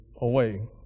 away